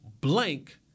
blank